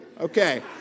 Okay